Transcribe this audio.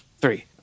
Three